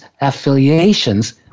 affiliations